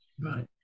Right